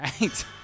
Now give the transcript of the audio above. Right